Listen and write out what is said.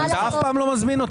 נאור, אתה מוזמן.